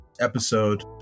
episode